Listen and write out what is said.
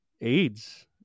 AIDS